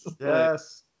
Yes